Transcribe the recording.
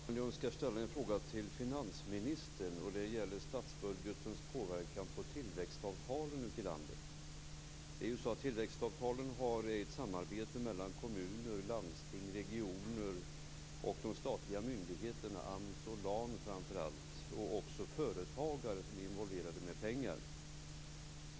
Herr talman! Jag önskar ställa en fråga till finansministern. Det gäller statsbudgetens påverkan på tillväxtavtalen ute i landet. Det är ju så att tillväxtavtalen är ett samarbete mellan kommuner, landsting, regioner, och framför allt de statliga myndigheterna AMS och LAN, liksom även företagare som är involverade med pengar.